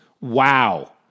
wow